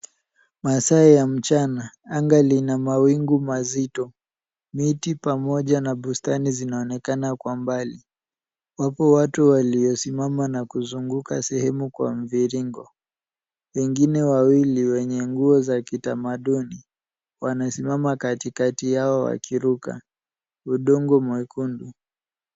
Masaa ya mchana, anga lina mawingu mazito. Miti pamoja na bustani zinaonekana kwa mbali. Wapo watu waliosimama na kuzunguka sehemu kwa mviringo. Wengine wawili wenye nguo za kitamaduni, wanasimama katikati yao wakiruka. Udongo mwekundu.